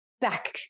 back